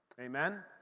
Amen